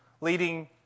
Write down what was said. leading